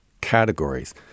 categories